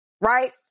Right